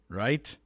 right